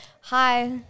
Hi